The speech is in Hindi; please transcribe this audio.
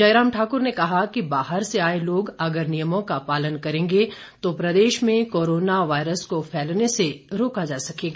जयराम ठाकुर ने कहा कि बाहर से आए लोग अगर नियमों का पालन करेंगे तो प्रदेश में कोरोना वायरस को फैलने से रोका जा सकेगा